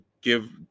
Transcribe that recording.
give